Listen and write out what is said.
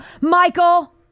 Michael